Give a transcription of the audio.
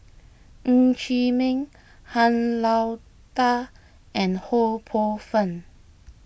Ng Chee Meng Han Lao Da and Ho Poh Fun